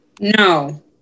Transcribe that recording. no